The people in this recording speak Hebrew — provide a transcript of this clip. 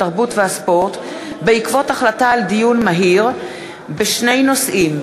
התרבות והספורט בעקבות דיון מהיר בשני נושאים: